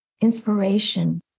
inspiration